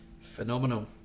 phenomenal